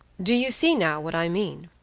do you see, now, what i mean?